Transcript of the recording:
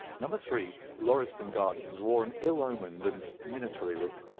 number three, lauriston gardens wore an ill-omened and minatory look.